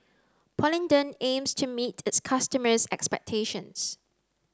Polident aims to meet its customers' expectations